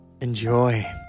Enjoy